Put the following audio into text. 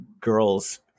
girls